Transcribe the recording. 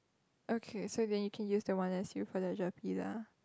okay so then you can use the one S_U for the Gerpe lah